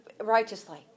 righteously